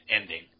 ending